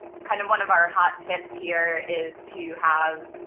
kind of one of our hot tips here is to have